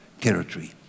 territory